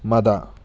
ꯃꯗꯥ